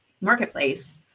marketplace